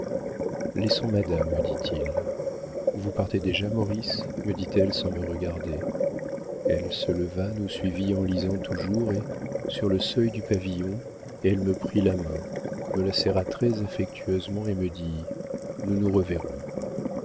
laissons madame me dit-il vous partez déjà maurice me dit-elle sans me regarder elle se leva nous suivit en lisant toujours et sur le seuil du pavillon elle me prit la main me la serra très affectueusement et me dit nous nous reverrons